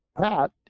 Pat